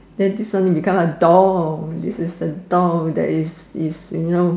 then this one become a doll this is a doll that is is you know